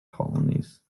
colonies